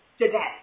today